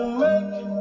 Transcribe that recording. make